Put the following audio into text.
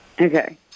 Okay